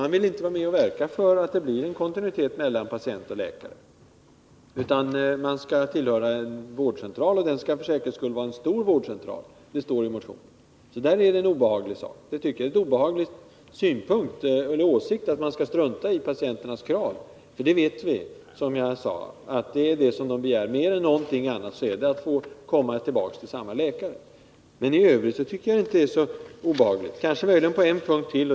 De vill inte vara med och verka för att det blir en kontinuitet mellan patient och läkare, utan de anser att man skall tillhöra en vårdcentral — och det skall för säkerhets skull också vara en stor vårdcentral; det står i motionen. Det är en obehaglig åsikt att man skall strunta i patienternas krav. I övrigt tycker jag inte det som sägs i motionen är obehagligt. Jo, kanske på 135 en punkt till.